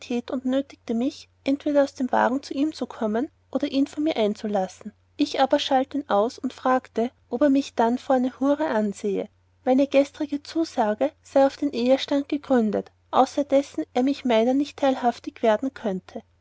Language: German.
nötigte mich entweder aus dem wagen zu ihm zu kommen oder ihn zu mir einzulassen ich aber schalt ihn aus und fragte ob er mich dann vor eine hure ansehe meine gestrige zusage sei auf den ehestand gegründet außer dessen er meiner nicht teilhaftig werden könnte